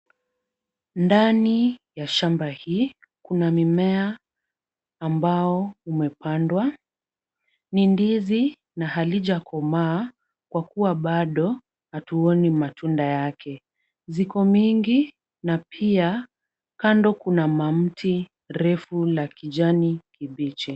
Ndani ya shamba hii, kuna mimea ambao umepandwa. Ni ndizi na halijakomaa kwa kuwa bado hatuoni matunda yake. Ziko mingi na pia kando kuna mamti refu la kijani kibichi.